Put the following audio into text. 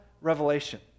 revelation